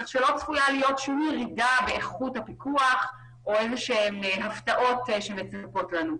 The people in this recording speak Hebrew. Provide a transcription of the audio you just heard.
כך שלא צפויה להיות שום ירידה באיכות הפיקוח או הפתעות שמצפות לנו.